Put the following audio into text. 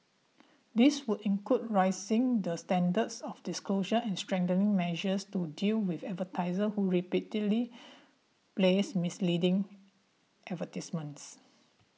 this would include raising the standards of disclosure and strengthening measures to deal with advertisers who repeatedly place misleading advertisements